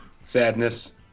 Sadness